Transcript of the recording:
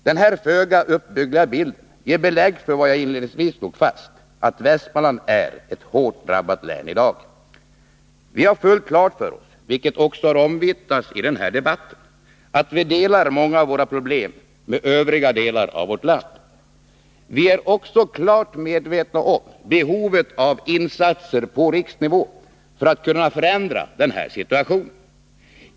Den här föga uppbyggliga bilden ger belägg för vad jag inledningsvis slog fast, att Västmanland är ett hårt drabbat län i dag. Vi har fullt klart för oss, vilket också har omvittnats i denna debatt, att vi delar många av våra problem med övriga områden i vårt land. Vi är också klart medvetna om behovet av insatser på riksnivå för att man skall kunna förändra situationen.